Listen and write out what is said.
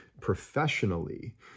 professionally